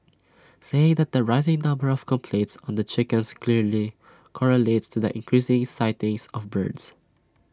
saying that the rising number of complaints on the chickens clearly correlates to the increased sighting of birds